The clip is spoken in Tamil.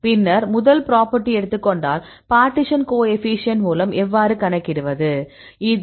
பின்னர் முதல் புரோபர்டி எடுத்துக் கொண்டால் பார்ட்டிஷன் கோஎஃபீஷியேன்ட் மூலம் எவ்வாறு கணக்கிடுவது